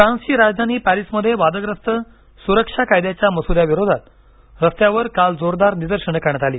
फ्रान्सची राजधानी पॅरिसमध्ये वादग्रस्त सुरक्षा कायद्याच्या मसुद्या विरोधात रस्त्यावर काल जोरदार निदर्शनं करण्यात आली